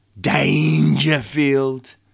Dangerfield